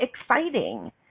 exciting